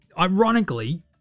ironically